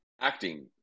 acting